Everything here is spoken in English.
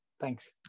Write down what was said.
Thanks